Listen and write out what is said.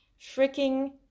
freaking